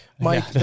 Mike